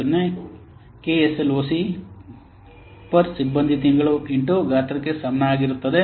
400 K S L O C per ಸಿಬ್ಬಂದಿ ತಿಂಗಳು into ಗಾತ್ರಕ್ಕೆ ಸಮಾನವಾಗಿರುತ್ತದೆ